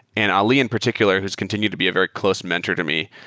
and ali in particular who's continued to be a very close mentor to me,